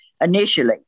initially